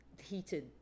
heated